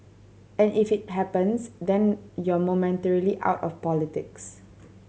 and if it happens then you're momentarily out of politics